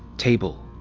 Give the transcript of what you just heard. table,